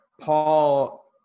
Paul